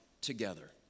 together